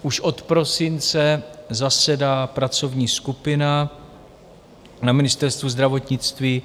Už od prosince zasedá pracovní skupina na Ministerstvu zdravotnictví.